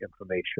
information